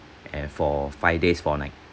and for five days four night